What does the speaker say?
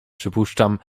przypuszczam